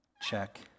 check